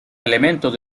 elementos